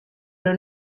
ver